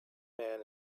man